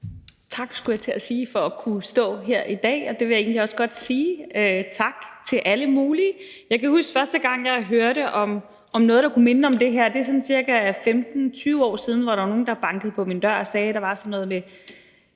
Tak, skulle jeg til at sige, for at kunne stå her i dag, og det vil jeg egentlig også godt sige: Tak til alle mulige. Jeg kan huske, første gang jeg hørte om noget, der kunne minde om det her. Det er sådan ca. 15-20 år siden, hvor der var nogle, der bankede på min dør og sagde, at der var sådan noget med